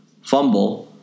fumble